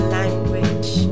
language